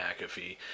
McAfee